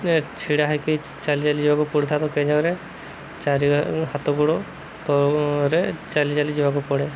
ଛିଡ଼ା ହେଇକି ଚାଲି ଚାଲି ଯିବାକୁ ପଡ଼ିଥାଏ ଚାଲି ହାତ ଗୋଡ଼ ତଳେ ଚାଲି ଚାଲି ଯିବାକୁ ପଡ଼େ